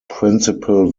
principal